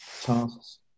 tasks